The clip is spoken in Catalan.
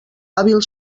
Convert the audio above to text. hàbil